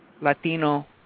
Latino